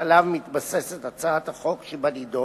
שעליו מתבססת הצעת החוק שבנדון,